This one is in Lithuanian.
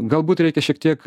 galbūt reikia šiek tiek